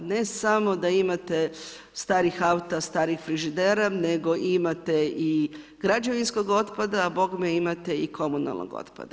Ne samo da imate starih auta, starih frižidera, nego imate i građevinskog otpada a bogme imate i komunalnog otpada.